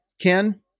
Ken